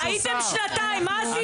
חודש וחצי שר, הייתם שנתיים, מה עשיתם?